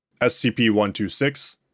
SCP-126